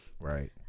Right